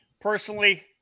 personally